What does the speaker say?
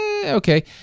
Okay